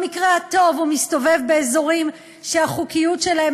במקרה הטוב הוא מסתובב באזורים שהחוקיות שלהם